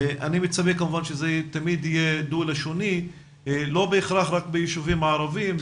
אני מצפה כמובן שזה תמיד יהיה דו-לשוני לא בהכרח רק ביישובים הערבים,